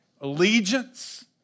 allegiance